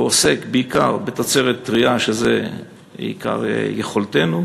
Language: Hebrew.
הוא עוסק בעיקר בתוצרת טרייה, שבזה עיקר יכולתנו,